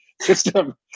system